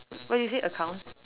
what you say accounts